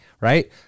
right